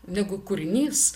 negu kūrinys